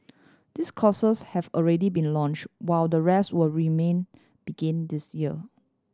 this courses have already been launched while the rest will remain begin this year